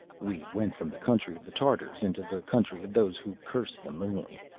we went from the country of the tartars into the country of those who curse the moon.